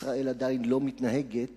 ישראל עדיין לא מתנהגת